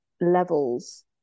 levels